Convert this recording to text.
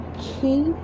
keep